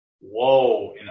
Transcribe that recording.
Whoa